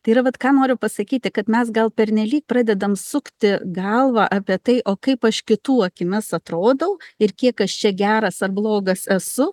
tai yra vat ką noriu pasakyti kad mes gal pernelyg pradedam sukti galvą apie tai o kaip aš kitų akimis atrodau ir kiek aš čia geras ar blogas esu